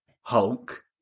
Hulk